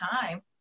time